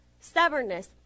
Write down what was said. stubbornness